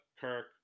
Kirk